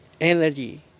energy